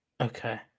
okay